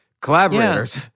collaborators